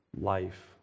life